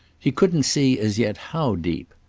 he couldn't see as yet how deep.